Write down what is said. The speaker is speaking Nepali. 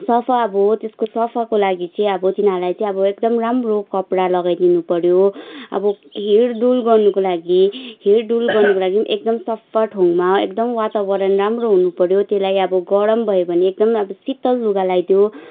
सफा अब त्यसको सफाको लागि चाहिँ अब तिनीहरूलाई चाहिँ अब एकदम राम्रो कपडा लगाइदिनु पऱ्यो आबो हिँड डुल गर्नुको लागि हिँड डुल गर्नुको लागि पनि एकदम सफा ठाउँमा एकदम वातावरण एकदम राम्रो हुनु पऱ्यो त्यसलाई अब गरम भयो भने एकदम अब शितल लुगा लाइदियो